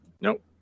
Nope